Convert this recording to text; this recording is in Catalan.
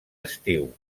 estiu